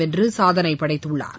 வென்று சாதனை படைத்துள்ளார்